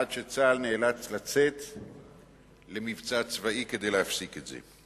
עד שצה"ל נאלץ לצאת למבצע צבאי כדי להפסיק את זה.